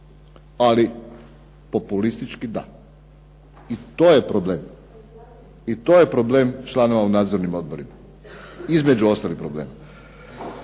ali populistički da i to je problem. I to je problem članova u nadzornim odborima, između ostalih problema.